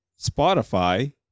Spotify